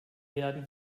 werden